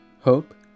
hope